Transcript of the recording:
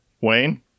Wayne